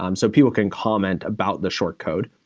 um so people can comment about the short code.